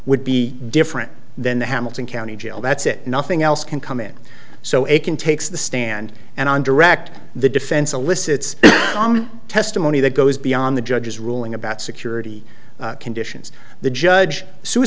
would be different than the hamilton county jail that's it nothing else can come in so it can takes the stand and on direct the defense elicits testimony that goes beyond the judge's ruling about security conditions the judge s